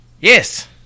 Yes